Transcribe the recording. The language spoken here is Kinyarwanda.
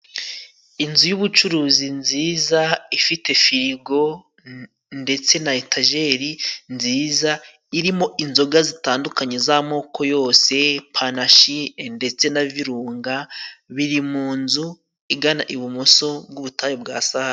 Inzu y'ubucuruzi nziza ifite firigo ndetse na etajeri nziza irimo inzoga zitandukanye z'amoko yose panashi ndetse na virunga, biri mu nzu igana ibumoso bw'ubutayu bwa Sahara.